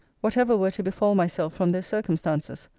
whatever were to befal myself from those circumstances,